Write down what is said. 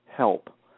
help